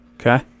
Okay